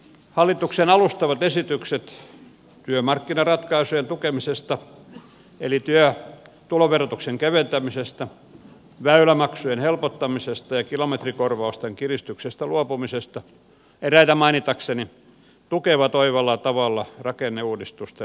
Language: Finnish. hallituksen alustavat esitykset työmarkkinaratkaisujen tukemisesta eli tuloverotuksen keventämisestä väylämaksujen helpottamisesta ja kilometrikorvausten kiristyksestä luopumisesta eräitä mainitakseni tukevat oivalla tavalla rakenneuudistuksen kokonaisuutta